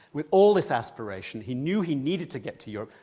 with all this aspiration, he knew he needed to get to europe.